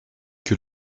que